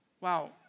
wow